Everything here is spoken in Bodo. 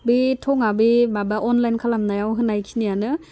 बे थंआ बे माबा अनलाइन आव होनाय खिनियानो